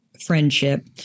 friendship